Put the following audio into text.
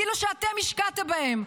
כאילו שאתם השקעתם בהם.